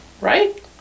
right